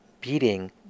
beating